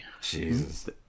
Jesus